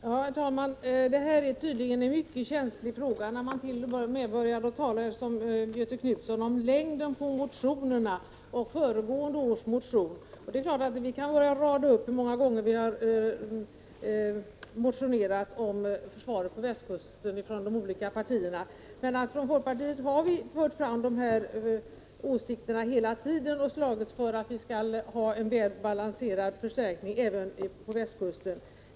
Herr talman! Detta är tydligen en mycket känslig fråga — när man t.o.m., som Göthe Knutson gör, börjar tala om längden på motionerna och föregående års motion. Det är klart att vi kan börja rada upp hur många gånger vi har motionerat om försvaret på västkusten ifrån de olika partiernas sida. Men från folkpartiets sida har vi fört fram de här åsikterna hela tiden och slagits för att vi skall ha en väl balanserad förstärkning även på västkusten.